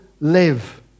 live